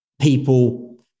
people –